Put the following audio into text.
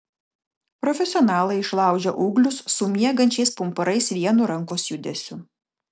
profesionalai išlaužia ūglius su miegančiais pumpurais vienu rankos judesiu